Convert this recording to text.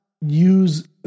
use